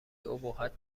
ابهت